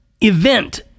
event